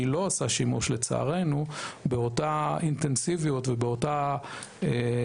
שלצערנו היא לא עושה שימוש באותה אינטנסיביות ובאותה רמה,